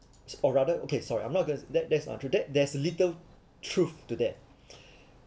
or rather okay sorry I'm not gonna that that's untrue that there's a little truth to that